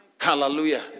Hallelujah